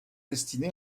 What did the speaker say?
destiné